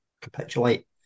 capitulate